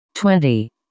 twenty